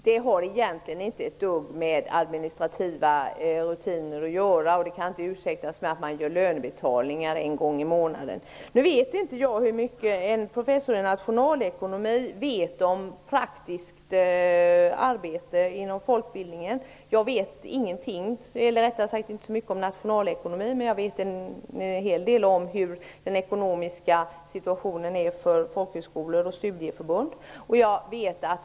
Det har egentligen inte ett dugg med administrativa rutiner att göra, och det kan inte ursäktas med att man gör löneutbetalningar en gång i månaden, Nu vet inte jag hur mycket en professor i nationalekonomi vet om praktiskt arbete inom folkbildningen. Jag vet ingenting, eller rättare sagt inte så mycket, om nationalekonomi. Men jag vet en hel del om hur den ekonomiska situationen är för folkhögskolor och studieförbund.